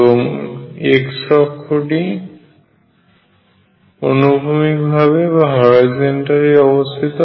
এবং x টি অনুভূমিকভাবে অবস্থিত